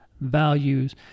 values